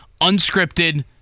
unscripted